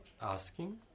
asking